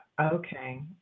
okay